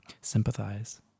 sympathize